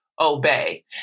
obey